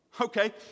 Okay